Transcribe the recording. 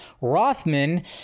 rothman